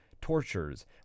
tortures